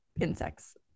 insects